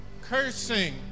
cursing